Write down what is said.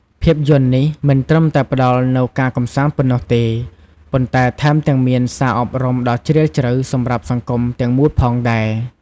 ភាពយន្ត នេះមិនត្រឹមតែផ្តល់នូវការកម្សាន្តប៉ុណ្ណោះទេ ប៉ុន្តែថែមទាំងមានសារអប់រំដ៏ជ្រាលជ្រៅសម្រាប់សង្គមទាំងមូលផងដែរ ។